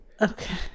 Okay